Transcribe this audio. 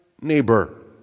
neighbor